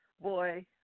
Boy